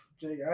Jake